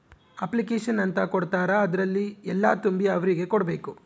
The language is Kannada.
ಅಪ್ಲಿಕೇಷನ್ ಅಂತ ಕೊಡ್ತಾರ ಅದ್ರಲ್ಲಿ ಎಲ್ಲ ತುಂಬಿ ಅವ್ರಿಗೆ ಕೊಡ್ಬೇಕು